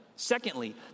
Secondly